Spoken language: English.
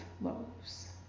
loaves